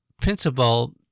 principle